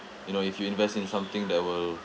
you know if you invest in something that will